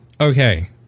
Okay